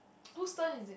whose turn is it